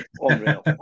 unreal